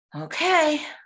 Okay